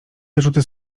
wyrzuty